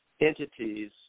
entities